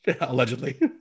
allegedly